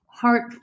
heart